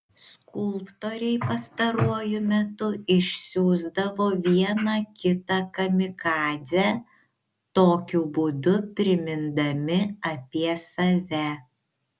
skulptoriai pastaruoju metu išsiųsdavo vieną kitą kamikadzę tokiu būdu primindami apie save